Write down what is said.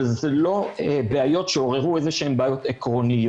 אבל אלה לא בעיות שעוררו איזה שהן בעיות עקרוניות.